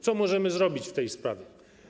Co możemy zrobić w tej sprawie?